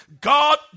God